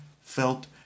felt